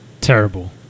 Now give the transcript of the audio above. Terrible